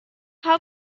how